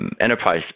enterprise